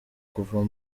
kuva